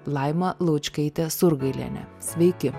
laima laučkaitė surgailienė sveiki